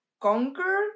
conquer